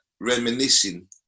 reminiscing